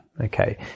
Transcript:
Okay